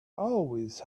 always